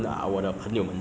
jasper 没有